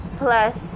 plus